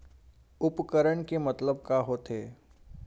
उपकरण के मतलब का होथे?